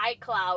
iCloud